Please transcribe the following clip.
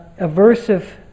aversive